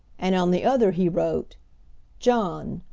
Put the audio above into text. and on the other he wrote john,